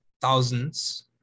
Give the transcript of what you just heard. thousands